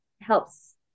helps